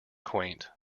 quaint